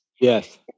Yes